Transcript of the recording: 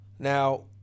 Now